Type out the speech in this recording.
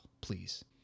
please